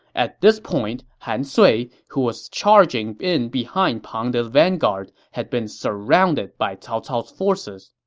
at this point, han sui, who was charging in behind pang de's vanguard, had been surrounded by cao cao's forces.